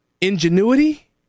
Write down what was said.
ingenuity